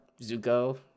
Zuko